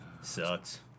Sucks